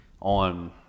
on